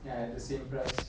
ya at the same price